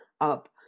up